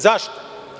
Zašto?